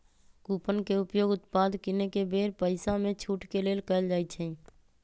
coupon के उपयोग उत्पाद किनेके बेर पइसामे छूट के लेल कएल जाइ छइ